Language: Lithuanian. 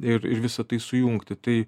ir ir visa tai sujungti tai